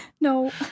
No